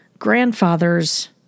Grandfather's